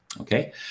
okay